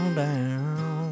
down